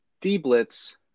D-Blitz